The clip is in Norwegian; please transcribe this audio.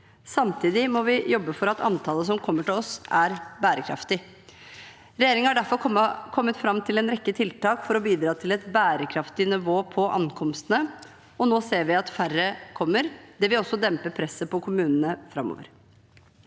Samtidig må vi jobbe for at antallet som kommer til oss, er bærekraftig. Regjeringen har derfor kommet fram til en rekke tiltak for å bidra til et bærekraftig nivå på ankomstene, og nå ser vi at færre kommer. Det vil også dempe presset på kommunene framover.